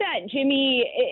Jimmy